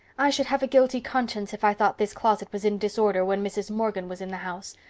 i should have a guilty conscience if i thought this closet was in disorder when mrs. morgan was in the house.